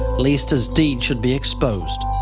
lest his deeds should be exposed.